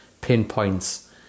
pinpoints